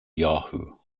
yahoo